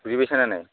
বুজি পাইছানে নাই